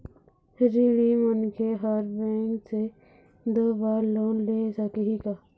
ऋणी मनखे हर बैंक से दो बार लोन ले सकही का?